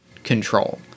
Control